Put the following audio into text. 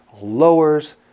lowers